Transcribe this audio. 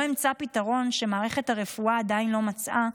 אמצא פתרון שמערכת הרפואה עדיין לא מצאה,